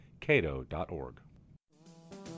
cato.org